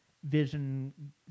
vision